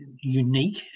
unique